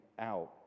out